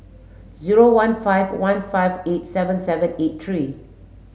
zero one five one five eight seven seven eight three